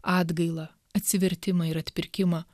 atgailą atsivertimą ir atpirkimą